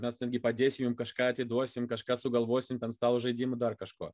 mes ten gi padėsim jums kažką atiduosim kažką sugalvosim ten stalo žaidimų dar kažko